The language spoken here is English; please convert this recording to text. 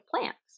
plants